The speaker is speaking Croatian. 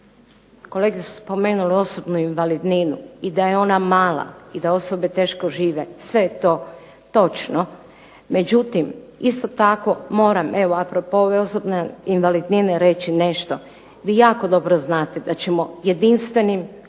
kolege su spomenule osobnu invalidninu i da je ona mala i da osobe teško žive, sve je to točno. Međutim, isto tako moram evo a propos ove osobne invalidnine reći nešto. Vi jako dobro znate da ćemo jedinstvenim, osobito